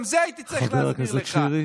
גם את זה הייתי צריך להסביר לך.